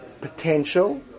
potential